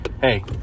hey